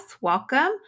welcome